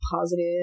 positive